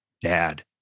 dad